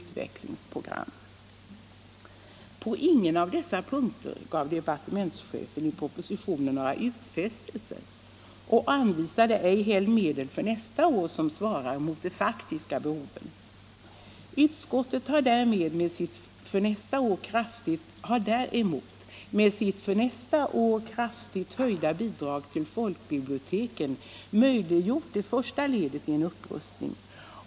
På ingen av dessa punkter gav departementschefen i propositionen några utfästelser och anvisade ej heller medel för nästa år, som svarar mot de faktiska behoven. Utskottet har däremot med sitt för nästa år kraftigt höjda bidrag till folkbiblioteken möjliggjort det första ledet i en upprustning.